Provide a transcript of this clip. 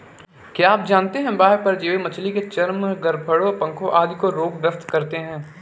क्या आप जानते है बाह्य परजीवी मछली के चर्म, गलफड़ों, पंखों आदि को रोग ग्रस्त करते हैं?